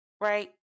right